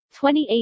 28